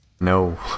no